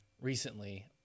recently